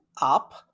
Up